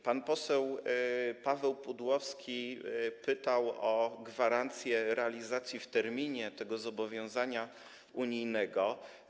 Pan poseł Paweł Pudłowski pytał o gwarancję realizacji w terminie tego zobowiązania unijnego.